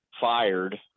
fired